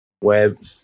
web